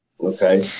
okay